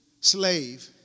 slave